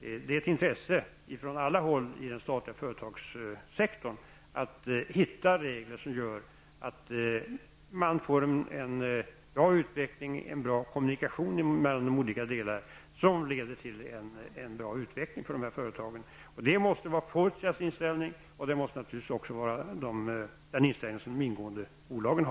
det är ett intresse från alla håll i den statliga företagssektorn att hitta regler som gör att det blir en bra utveckling, bra kommunikationer mellan de olika delarna, och som leder till en bra utveckling för dessa företag. Det måste vara Fortias inställning, och naturligtvis också den inställning som de ingående bolagen har.